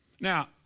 Now